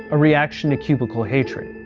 a reaction to cubicle hatred.